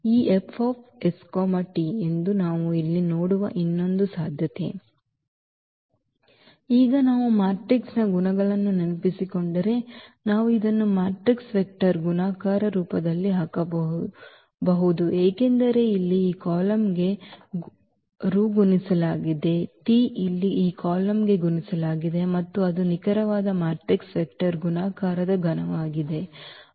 ಈ ಎಂದು ನಾವು ಇಲ್ಲಿ ನೋಡುವ ಇನ್ನೊಂದು ಸಾಧ್ಯತೆ ಮತ್ತು ಈಗ ನಾವು ಮ್ಯಾಟ್ರಿಕ್ಸ್ನ ಗುಣಗಳನ್ನು ನೆನಪಿಸಿಕೊಂಡರೆ ನಾವು ಇದನ್ನು ಮ್ಯಾಟ್ರಿಕ್ಸ್ ವೆಕ್ಟರ್ ಗುಣಾಕಾರ ರೂಪದಲ್ಲಿ ಹಾಕಬಹುದು ಏಕೆಂದರೆ ಇಲ್ಲಿ ಈ ಕಾಲಮ್ಗೆ ರು ಗುಣಿಸಲಾಗಿದೆ t ಇಲ್ಲಿ ಈ ಕಾಲಮ್ಗೆ ಗುಣಿಸಲಾಗಿದೆ ಮತ್ತು ಅದು ನಿಖರವಾಗಿ ಮ್ಯಾಟ್ರಿಕ್ಸ್ ವೆಕ್ಟರ್ ಗುಣಾಕಾರದ ಗುಣವಾಗಿದೆ